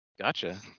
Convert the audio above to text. Gotcha